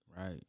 Right